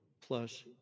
plus